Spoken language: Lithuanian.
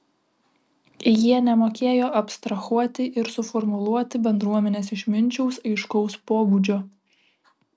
jie nemokėjo abstrahuoti ir suformuluoti bendruomenės išminčiaus aiškaus pobūdžio